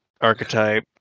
archetype